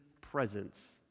presence